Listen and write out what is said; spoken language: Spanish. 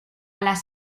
las